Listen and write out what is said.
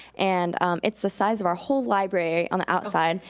and it's the size of our whole library on the outside,